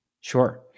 Sure